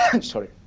sorry